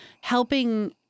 helping